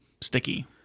sticky